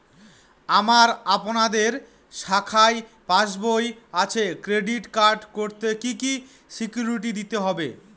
আমার আপনাদের শাখায় পাসবই আছে ক্রেডিট কার্ড করতে কি কি সিকিউরিটি দিতে হবে?